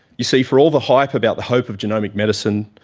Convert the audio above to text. you see, for all the hype about the hope of genomic medicine,